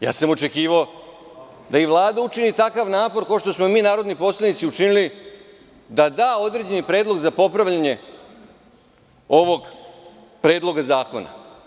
Ja sam očekivao da i Vlada učini takav napor kao što smo učinili mi, narodni poslanici, da da određeni predlog za popravljanje ovog predloga zakona.